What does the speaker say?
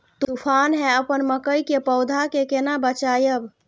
तुफान है अपन मकई के पौधा के केना बचायब?